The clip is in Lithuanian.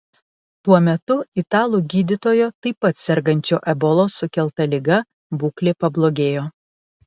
tuo metu italų gydytojo taip pat sergančio ebolos sukelta liga būklė pablogėjo